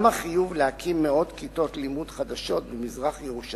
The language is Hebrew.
גם החיוב להקים מאות כיתות לימוד חדשות במזרח-ירושלים